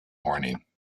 morning